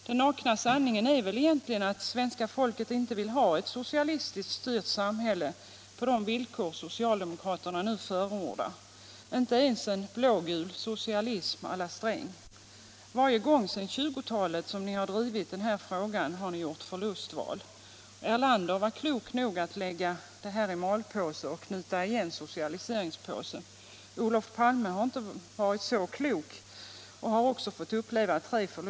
Den nakna sanningen är väl egentligen att svenska folket inte vill ha ett socialistiskt styrt samhälle på de villkor socialdemokraterna nu förordar — inte ens en blågul socialism å la Sträng. Varje gång sedan 1920-talet som ni har drivit den frågan har ni gjort förlustval. Erlander var klok nog att lägga socialiseringen i malpåse och knyta igen. Olof Palme har inte varit så klok, och han har också fått uppleva tre förlustval.